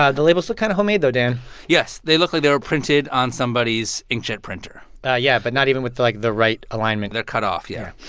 ah the labels look kind of homemade though, dan yes, they look like they were printed on somebody's inkjet printer yeah yeah, but not even with the like the right alignment they're cut off, yeah